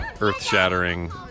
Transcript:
earth-shattering